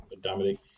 Dominic